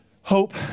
Hope